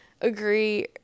agree